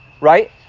right